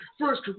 First